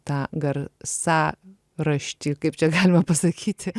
tą gar sa raštį kaip čia galima pasakyti